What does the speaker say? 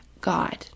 God